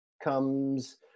comes